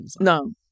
No